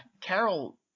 Carol